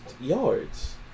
yards